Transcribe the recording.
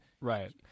right